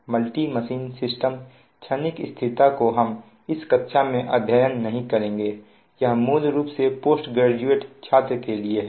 multi machine system क्षणिक स्थिरता को हम इस कक्षा में अध्ययन नहीं करेंगे यह मूल रूप से पोस्ट ग्रेजुएट छात्र के लिए है